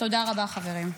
תודה רבה, חברים.